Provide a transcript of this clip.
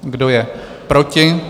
Kdo je proti?